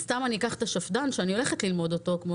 אז סתם אני אקח את השפד”ן שאני הולכת ללמוד אותו כמו